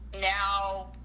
now